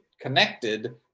connected